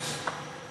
נוספת.